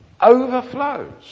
overflows